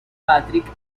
patrick